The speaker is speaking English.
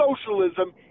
socialism